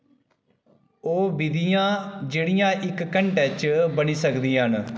ओह् विधियां जेह्ड़ियां इक घैंटे च बनी सकदियां न